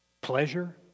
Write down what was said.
pleasure